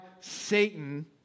Satan